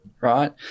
right